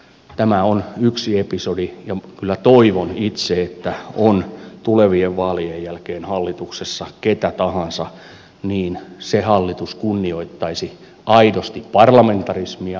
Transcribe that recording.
tämä on yksi episodi ja kyllä toivon itse että on tulevien vaalien jälkeen hallituksessa ketä tahansa niin se hallitus kunnioittaisi aidosti parlamentarismia